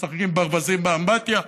משחק עם ברווזים באמבטיה.